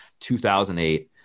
2008